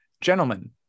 gentlemen